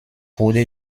wurde